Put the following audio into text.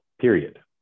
period